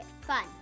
fun